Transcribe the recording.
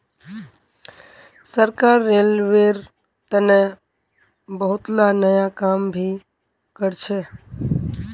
सरकार रेलवेर तने बहुतला नया काम भी करछ